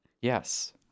Yes